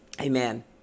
Amen